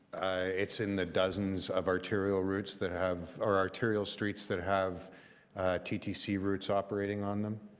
it's in the dozens of arterial routes that have or arterial streets that have ttc routes operating on them.